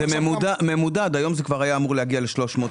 היה אמור להגיע ל-300.